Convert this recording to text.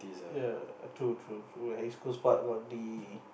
ya true true true at East Coast Park got the